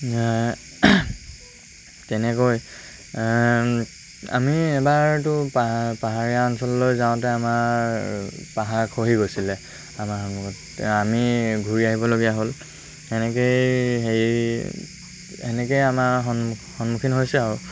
তেনেকৈ আমি এবাৰতো পাহাৰীয়া অঞ্চললৈ যাওঁতে আমাৰ পাহাৰ খহি গৈছিলে আমাৰ আমি ঘূৰি আহিবলগীয়া হ'ল সেনেকৈয়ে হেৰি সেনেকৈয়ে আমাৰ সন্মুখীন হৈছে আৰু